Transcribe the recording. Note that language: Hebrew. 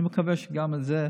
אני מקווה שגם זה,